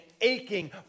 aching